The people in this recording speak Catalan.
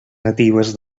natives